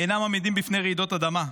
אינם עמידים בפני רעידת אדמה.